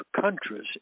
countries